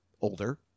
older